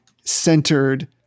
centered